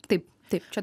taip taip čia